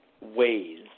ways